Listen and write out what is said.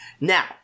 Now